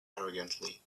arrogantly